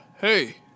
hey